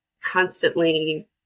constantly